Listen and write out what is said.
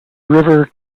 river